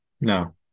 No